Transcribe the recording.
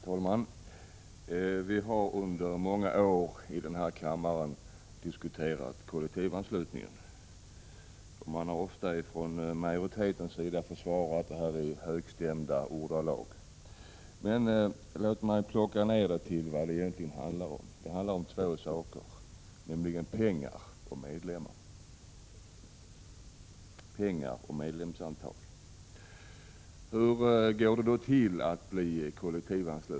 Herr talman! Vi har under många år i den här kammaren diskuterat kollektivanslutningen. Man har ofta från majoritetens sida försvarat denna i högstämda ordalag. Men låt mig plocka ner detta till vad det egentligen handlar om. Det är två saker, nämligen pengar och medlemsantal. Hur går det då till att bli kollektivansluten?